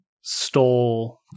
stole